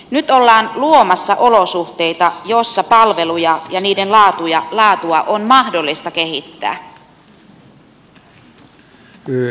nyt ollaan luomassa olosuhteita joissa palveluja ja niiden laatua on mahdollista kehittää